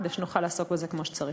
כדי שנוכל לעסוק בזה כמו שצריך.